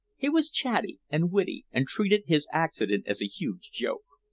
he was chatty and witty, and treated his accident as a huge joke.